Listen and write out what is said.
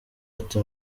ati